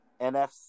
NFC